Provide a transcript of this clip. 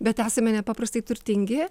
bet esame nepaprastai turtingi